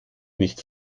nicht